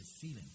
feeling